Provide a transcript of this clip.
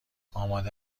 آمده